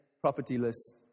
propertyless